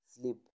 Sleep